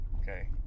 Okay